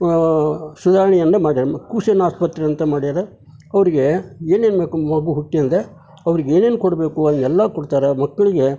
ಸುಧಾರಣೆಯನ್ನು ಮಾಡಿದ್ದಾರೆ ಕುಶನ್ ಆಸ್ಪತ್ರೆ ಅಂತ ಮಾಡಿದ್ದಾರೆ ಅವರಿಗೆ ಏನೇನು ಬೇಕು ಮಗು ಹುಟ್ಟಿ ಅಂದರೆ ಅವ್ರಿಗೆ ಏನೇನು ಕೊಡಬೇಕು ಎಲ್ಲ ಕೊಡ್ತಾರೆ ಮಕ್ಕಳಿಗೆ